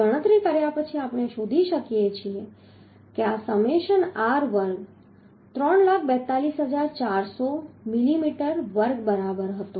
તે ગણતરી કર્યા પછી આપણે શોધી શકીએ કે આ સમેશન r વર્ગ 342400 મિલીમીટર વર્ગ બરાબર હતો